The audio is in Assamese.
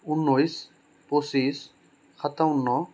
উনৈছ পঁচিছ সাতাৱন্ন